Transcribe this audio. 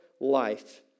Life